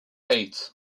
eight